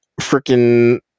freaking